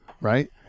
right